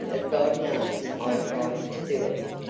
god knows i tried to do it.